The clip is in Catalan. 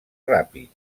ràpid